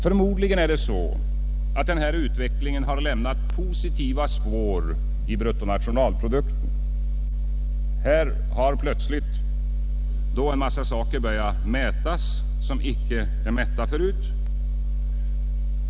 Förmodligen har denna utveckling lämnat positiva spår i bruttonationalprodukten. Man har plötsligt börjat mäta en massa saker som icke har mätts förut.